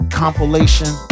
compilation